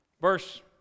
verse